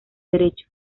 derecho